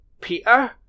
Peter